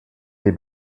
des